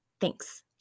Thanks